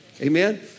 Amen